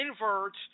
inverts